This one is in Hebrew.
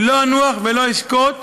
אני לא אנוח ולא אשקוט